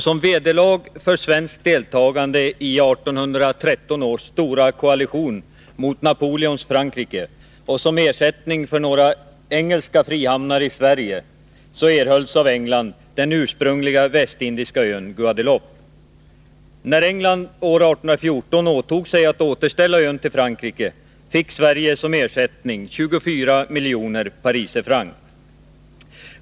Som vederlag för svenskt deltagande i 1813 års stora koalition mot Napoleons Frankrike och som ersättning för några engelska frihamnar i Sverige erhöll Sverige av England den ursprungligen västindiska ön Guadeloupe. När England år 1814 åtog sig att återställa ön till Frankrike fick Sverige som ersättning 24 miljoner pariserfranc.